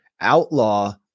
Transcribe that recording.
outlaw